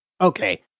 okay